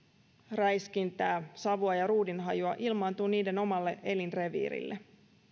räiskintää savua ja ruudinhajua ilmaantuu niiden omalle elinreviirille